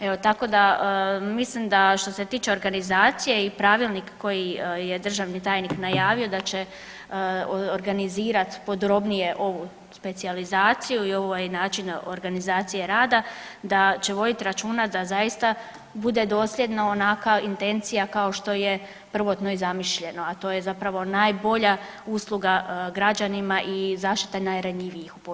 Evo tako da mislim da što se tiče organizacije i pravilnik koji je državni tajnik najavio da će organizirat podrobnije ovu specijalizaciju i ovaj način organizacije rada, da će vodit računa da zaista bude dosljedna onakva intencija kao što je prvotno i zamišljeno, a to je zapravo najbolja usluga građanima i zaštita najranjivijih u postupcima.